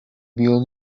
will